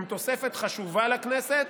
הם תוספת חשובה לכנסת.